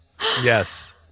Yes